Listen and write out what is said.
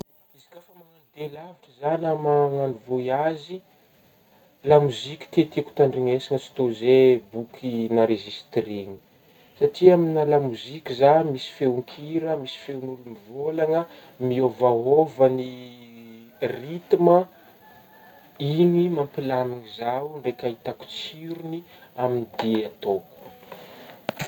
Izy ka fa magnagno dia alavitra zah na magnagno vôiazy lamoziky tiatiako tandregnesagna tsy tô zey boky nenregistregna satria aminah lamoziky zah misy feon-kira ,misy feon'olo mivôlagna mihôvahôva ny ritma, igny mampilamigny zaho ndraika ahitako tsirogny amin'ny dia ataoko.